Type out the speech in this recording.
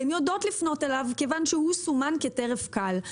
והן יודעות לפנות אליו כיוון שהוא סומן כטרף קל.